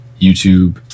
YouTube